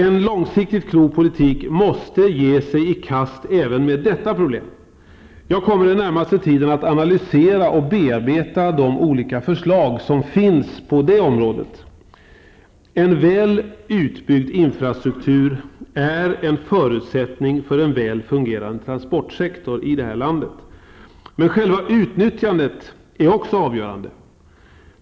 En långsiktigt klok politik måste ge sig i kast även med detta problem. Under den närmaste tiden kommer jag att analysera och bearbeta de olika förslag som finns på detta område. En väl utbyggd infrastruktur är en förutsättning för en väl fungerande transportsektor i det här landet, men själva utnyttjandet är också avgörande.